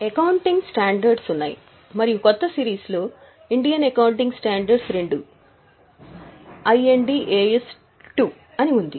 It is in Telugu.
ఇప్పుడు అకౌంటింగ్ స్టాండర్డ్ 2 ఉంది మరియు కొత్త సిరీస్లో ఇండియన్ అకౌంటింగ్ స్టాండర్డ్స్ 2 అని ఉంది